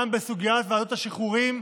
גם בסוגיית ועדת שחרורים,